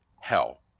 Hell